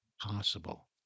possible